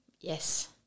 Yes